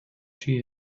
she